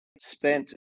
spent